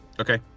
Okay